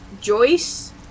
Joyce